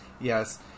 Yes